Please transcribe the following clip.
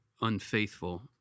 unfaithful